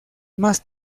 más